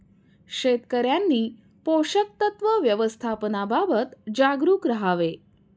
शेतकऱ्यांनी पोषक तत्व व्यवस्थापनाबाबत जागरूक राहावे